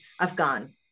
Afghan